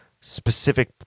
specific